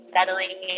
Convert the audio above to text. Settling